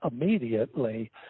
immediately